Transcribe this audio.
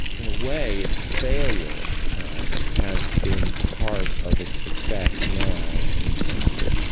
in a way its failure at the time has been part of its success now in the sense that